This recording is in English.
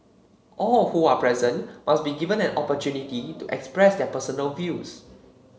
all who are present must be given an opportunity to express their personal views